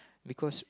because